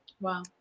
Wow